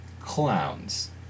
clowns